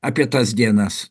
apie tas dienas